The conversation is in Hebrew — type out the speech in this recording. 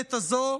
המינהלת הזאת,